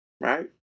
right